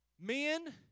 Men